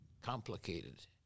complicated